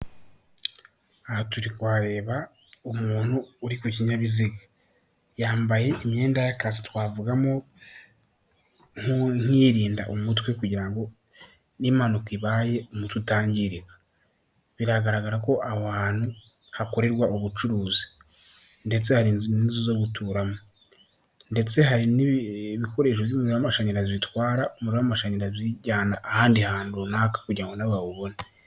Aha turi kureba umuntu uri ku kinyabiziga yambaye imyenda y'akazi twavugamo nk'irinda umutwe kugira ngo n'impanuka ibaye umututangirika biragaragara ko aho ahantu hakorerwa ubucuruzi ndetse hari inzu zo guturamo ndetse hari n' ibikoresho by'umuriro w'amashanyarazi bitwara umuriro w'amashanyarazi biwujyana ahandi hantu runaka kugira ngo na bawubone.